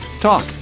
Talk